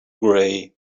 gray